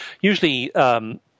usually